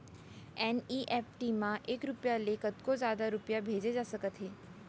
NEFT म एक रूपिया ले कतको जादा रूपिया भेजे जा सकत हे